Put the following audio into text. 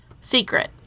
secret